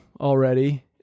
already